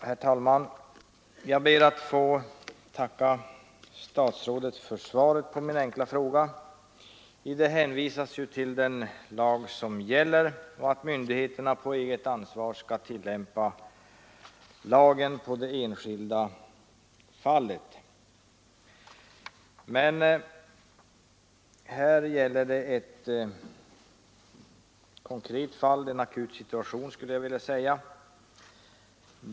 Herr talman! Jag ber att få tacka statsrådet för svaret på min enkla fråga. I svaret hänvisas till den lag som gäller och till att myndigheterna på eget ansvar skall tillämpa lagen i det enskilda fallet. Men här gäller det ett konkret fall — en akut situation skulle jag vilja säga.